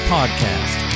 Podcast